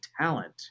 talent